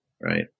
right